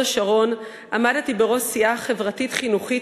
אני מזמינה אתכם, חברי חברי הכנסת,